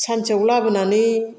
सानसेयाव लाबोनानै